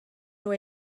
nhw